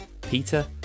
peter